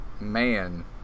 man